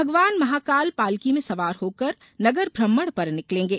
भगवान महाकाल पालकी में सवार होकर नगर भ्रमण पर निकलेंगे